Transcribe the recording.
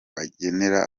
agenera